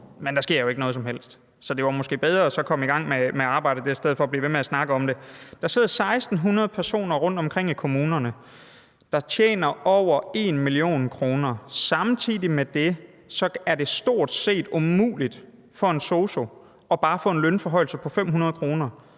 Men der sker jo ikke noget som helst, så det var måske bedre så at komme i gang med arbejdet i stedet for at blive ved med at snakke om det. Der sidder 1.600 personer rundtomkring i kommunerne, der tjener over 1 mio. kr. Samtidig med det er det stort set umuligt for en sosu bare at få en lønforhøjelse på 500 kr.